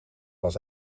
was